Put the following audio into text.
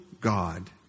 God